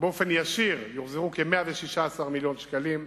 באופן ישיר יוחזרו כ-116 מיליון שקלים,